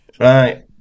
Right